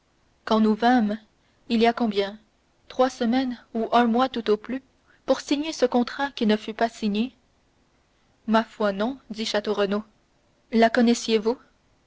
quand nous vînmes il y a combien trois semaines ou un mois tout au plus pour signer ce contrat qui ne fut pas signé ma foi non dit château renaud la connaissiez-vous